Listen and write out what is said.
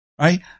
right